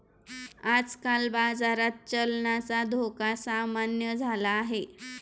आजकाल बाजारात चलनाचा धोका सामान्य झाला आहे